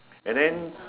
and then